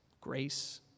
grace